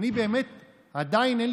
אני אגיד לך,